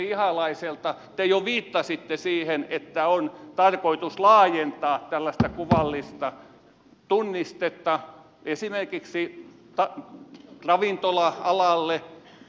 te jo viittasitte siihen että on tarkoitus laajentaa tällaista kuvallista tunnistetta esimerkiksi ravintola alalle